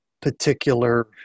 particular